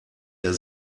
der